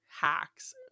hacks